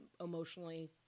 emotionally